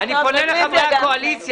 אני פונה לחברי הקואליציה,